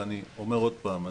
ואני אומר עוד פעם,